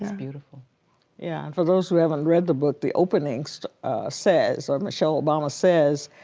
and beautiful. yeah and for those who haven't read the book, the opening so says or michelle obama says,